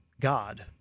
God